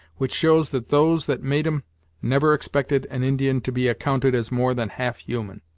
which shows that those that made em never expected an indian to be accounted as more than half human.